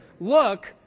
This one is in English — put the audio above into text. look